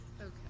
Okay